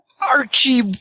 Archie